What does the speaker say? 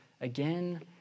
again